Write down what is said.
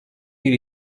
bir